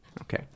Okay